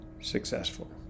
successful